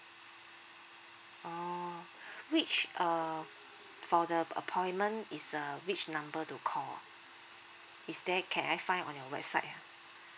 oh which uh for the appointment is uh which number to call ah is there can I find on your website ah